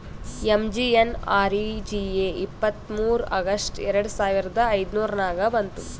MGNREGA ಇಪ್ಪತ್ತ್ಮೂರ್ August ಎರಡು ಸಾವಿರದ ಐಯ್ದುರ್ನಾಗ್ ಬಂತು